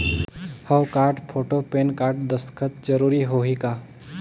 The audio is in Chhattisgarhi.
हव कारड, फोटो, पेन कारड, दस्खत जरूरी होही का?